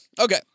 Okay